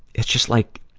it's just like,